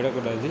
விடக்கூடாது